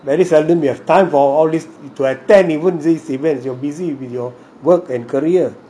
very seldom we have time for all these to attend even these events you're busy with your work and career